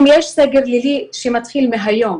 אם יש סגר לילי שמתחיל מהיום